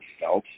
felt